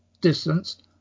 distance